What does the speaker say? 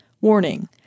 Warning